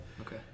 Okay